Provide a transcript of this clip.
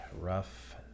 Rough